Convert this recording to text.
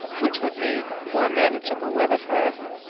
which would mean more manageable weather for us.